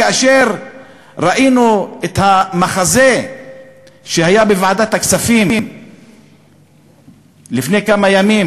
כאשר ראינו את המחזה שהיה בוועדת הכספים לפני כמה ימים,